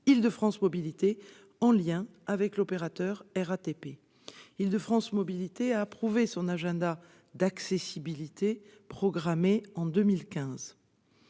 Île-de-France Mobilités, en lien avec l'opérateur, la RATP. Île-de-France Mobilités a approuvé son agenda d'accessibilité programmée en 2015.